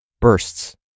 bursts